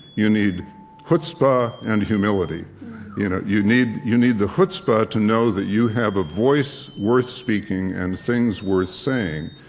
you need chutzpah and humility you know you need you need the chutzpah to know that you have a voice worth speaking and things worth saying,